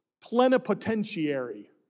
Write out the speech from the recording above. plenipotentiary